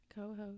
Co-host